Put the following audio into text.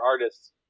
artists